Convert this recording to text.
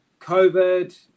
COVID